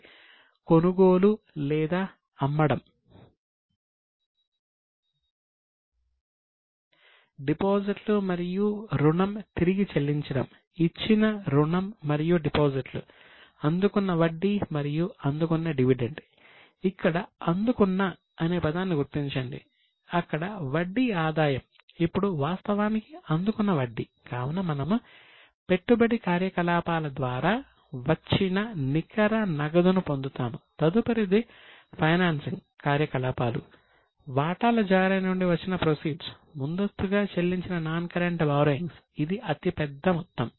plant ఇది అతిపెద్ద మొత్తం